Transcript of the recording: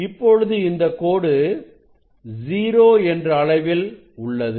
இப்பொழுது இந்த கோடு 0 என்ற அளவில் உள்ளது